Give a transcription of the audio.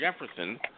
Jefferson